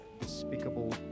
despicable